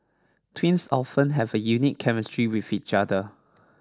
twins often have a unique chemistry with each other